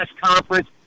conference